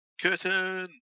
Curtain